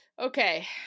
Okay